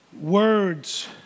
words